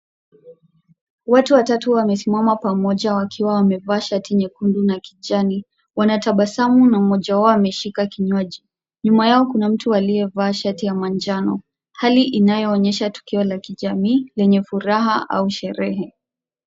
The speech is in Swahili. Watu watatu wamesimama pamoja wakiwa wamevaa shati nyekundu na kijani. Wanatabasamu na mmoja wao anashika kinywaji. Nyuma yao kuna mtu aliyevaa shati ya manjano. Hali inayoonyesha tukio la kijamii yenye furaha au sherehe.